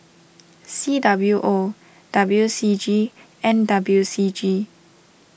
C W O W C G and W C G